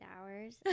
hours